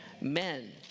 men